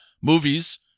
Movies